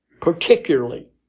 particularly